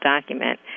document